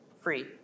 Free